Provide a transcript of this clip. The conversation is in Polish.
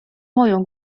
moją